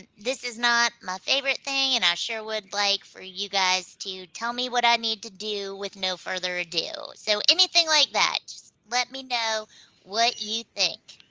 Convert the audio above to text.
this is not my favorite thing and i sure would like for you guys to tell me what i need to do with no further ado. so anything like that, just let me know what you think.